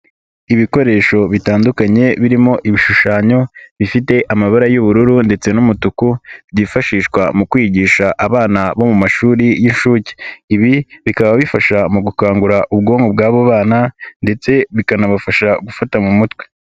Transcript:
Ibikoresho bitandukanye birimo ibishushanyo bifite amabara y'ubururu ndetse n'umutuku, byifashishwa mu kwigisha abana bo mu mashuri y'inshuke. Ibi bikaba bifasha mu gukangura ubwonko bw'abo bana ndetse bikanabafasha gufata mu mutwe.